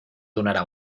donarà